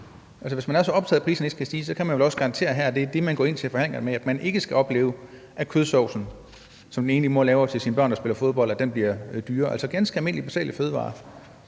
hvis man er så optaget af, at priserne ikke skal stige, kan man vel også garantere her, at det er det, man går ind til forhandlingerne med, altså at man ikke skal opleve, at kødsovsen, som den enlige mor laver til sine børn, der spiller fodbold, bliver dyrere? Det er ganske almindelige, basale fødevarer.